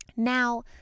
Now